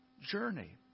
journey